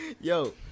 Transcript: Yo